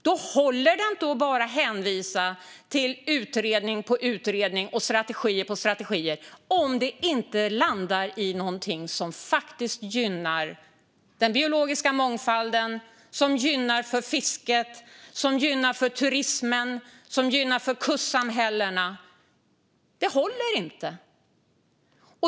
Det håller inte att bara hänvisa till utredning på utredning och strategi på strategi om det inte landar i någonting som faktiskt gynnar den biologiska mångfalden, fisket, turismen och kustsamhällena. Det håller inte.